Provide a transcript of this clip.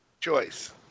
choice